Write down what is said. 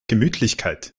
gemütlichkeit